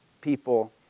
people